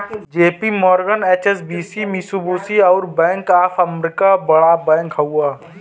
JP Morgan, HSBC, Mitsubishi, अउर bank of America बड़ bank हउवन